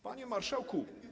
Panie Marszałku!